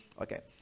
Okay